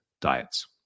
diets